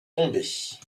tombées